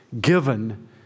given